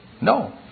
No